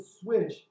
switch